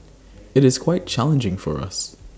IT is quite challenging for us